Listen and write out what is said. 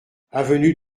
avenue